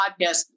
podcast